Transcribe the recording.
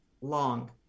long